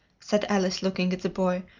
said alice, looking at the boy,